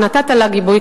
שנתת לה גיבוי,